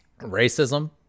Racism